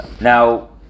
Now